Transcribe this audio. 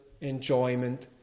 enjoyment